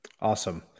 Awesome